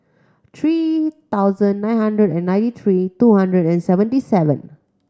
three thousand nine hundred and ninety three two hundred and seventy seven